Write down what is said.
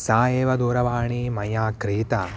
सा एव दूरवाणी मया क्रेता